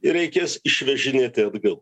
reikės išvežinėti atgal